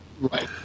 Right